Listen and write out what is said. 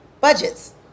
budgets